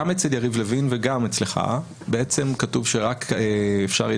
גם אצל יריב לוין וגם אצלך כתוב שאפשר יהיה